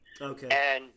Okay